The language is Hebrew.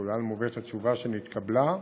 ולהלן מובאת התשובה שנתקבלה.